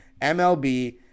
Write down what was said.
MLB